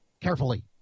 carefully